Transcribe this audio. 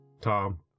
Tom